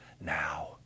now